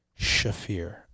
Shafir